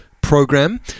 program